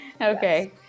Okay